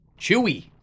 Chewy